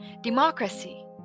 Democracy